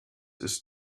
ist